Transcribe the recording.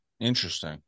interesting